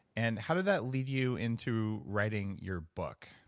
and how did that lead you into writing your book?